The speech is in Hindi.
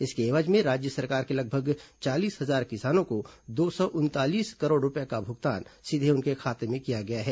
इसके एवज में राज्य के लगभग चालीस हजार किसानों को दो सौ उनतालीस करोड़ रूपये का भुगतान सीधे उनके खाते में किया गया है